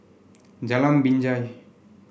Jalan Binjai